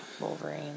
Wolverine